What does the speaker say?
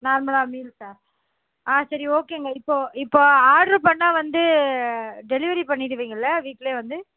நார்மலாக மீல்ஸா ஆ சரி ஓகேங்க இப்போது இப்போது ஆர்டர் பண்ணால் வந்து டெலிவரி பண்ணிடுவீங்கல்ல வீட்டிலே வந்து